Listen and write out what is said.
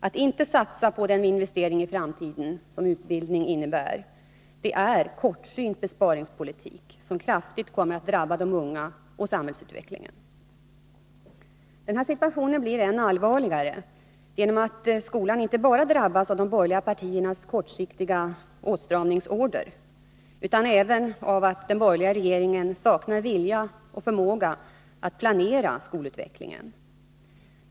Att inte satsa på den investering i framtiden som utbildning innebär är en kortsynt besparingspolitik, som kraftigt kommer att drabba dagens unga och samhällsutvecklingen. Situationen blir än allvarligare genom att skolan drabbas inte bara av de borgerliga partiernas kortsiktiga åtstramningsorder utan även av att den borgerliga regeringen saknar vilja och förmåga att planera skolutvecklingen.